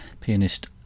pianist